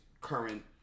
current